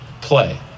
play